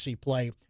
play